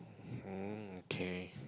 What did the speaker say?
hm okay